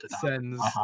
sends